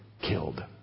killed